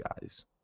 guys